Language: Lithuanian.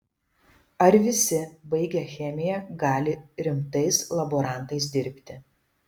ar visi baigę chemiją gali rimtais laborantais dirbti